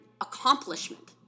accomplishment